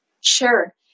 Sure